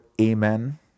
amen